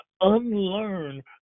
unlearn